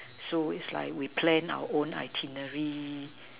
so it's like we plan our own itinerary